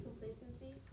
complacency